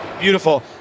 Beautiful